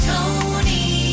Tony